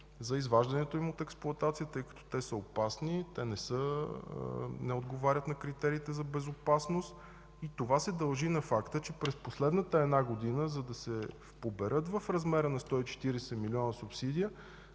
за изваждането им от експлоатация, тъй като те са опасни и не отговарят на критериите за безопасност. Това се дължи на факта, че през последната една година, за да се поберат в размера на 140 милиона субсидия,